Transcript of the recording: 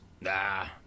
Nah